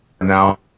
now